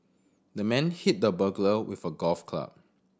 the man hit the burglar with a golf club